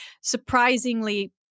surprisingly